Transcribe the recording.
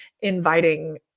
inviting